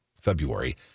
February